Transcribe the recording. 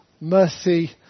mercy